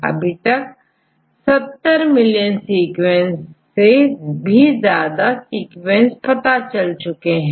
अभी तक 70 million sequence से भी ज्यादा सीक्वेंस पता चल चुके हैं